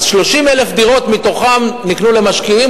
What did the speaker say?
אז 30,000 דירות מתוכן נקנו למשקיעים,